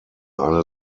eine